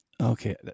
Okay